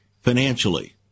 financially